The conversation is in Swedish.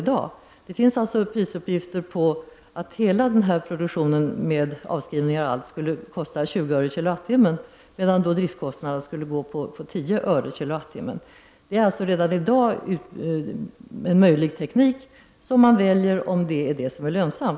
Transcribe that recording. Det finns prisuppgifter om att hela denna produktion, med avskrivningar och allt, skulle kosta 20 öre kWh. Det finns alltså redan i dag en teknik som är möjlig att använda och som man skulle välja om den blir lönsam.